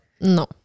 no